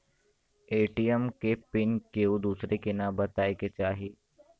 ATM के pin केहू दुसरे के न बताए के चाही